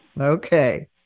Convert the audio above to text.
Okay